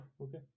Okay